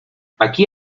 aquí